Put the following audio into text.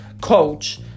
coach